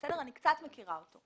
אני קצת מכירה אותו.